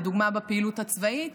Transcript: לדוגמה בפעילות הצבאית,